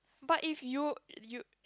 but if you you